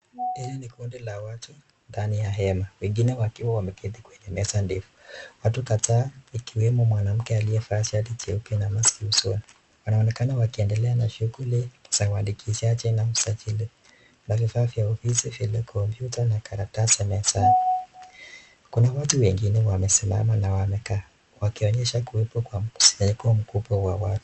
Hili ni kundi la watu ndani ya hema, wengine wakiwa wameketi kwenye meza ndefu, watu kadhaa ikiwemo mwanamke aliyevaa shati jeupe na maski usoni, wanaonekana wakiendelea na shughuli za uandikishaji na usajili na vifaa vya ofisi vile kompyuta na makaratasi mezani, kuna watu wengine wamesimama na wamekaa, wakionyesha kuwepo kwa mkusanyiko mkubwa wa watu.